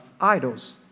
idols